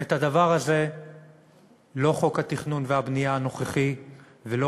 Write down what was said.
ואת הדבר הזה לא חוק התכנון והבנייה הנוכחי ולא